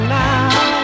now